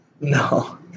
No